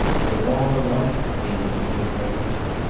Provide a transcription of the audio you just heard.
they're all alike, nina declared recklessly.